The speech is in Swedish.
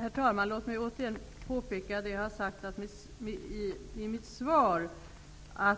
Herr talman! Låt mig återigen påpeka det jag sade i mitt svar: